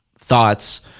thoughts